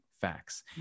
facts